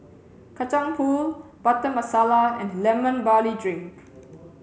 kacang Pool Butter Masala and lemon barley drink